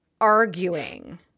arguing